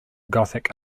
gothic